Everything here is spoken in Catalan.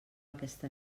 aquesta